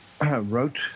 wrote